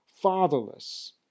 fatherless